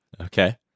Okay